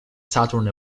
saturn